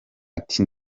ati